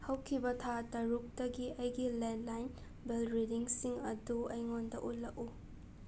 ꯍꯧꯈꯤꯕ ꯊꯥ ꯇꯔꯨꯛꯇꯒꯤ ꯑꯩꯒꯤ ꯂꯦꯟꯂꯥꯏꯟ ꯕꯤꯜ ꯔꯤꯗꯤꯡꯁꯤꯡ ꯑꯗꯨ ꯑꯩꯉꯣꯟꯗ ꯎꯠꯂꯛꯎ